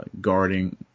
guarding